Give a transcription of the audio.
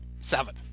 Seven